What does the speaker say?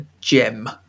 gem